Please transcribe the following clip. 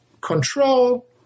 control